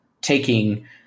taking